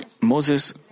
Moses